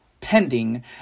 pending